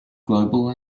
global